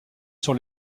sur